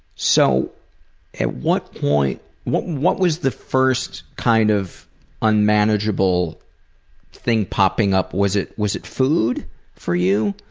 so at what point what what was the first kind of unmanageable thing popping up? was it was it food for you?